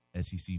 SEC